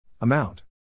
Amount